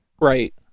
Right